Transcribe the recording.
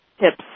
tips